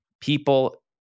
people